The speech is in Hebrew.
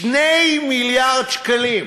2 מיליארד שקלים.